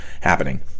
happening